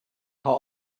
how